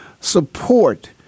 support